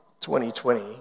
2020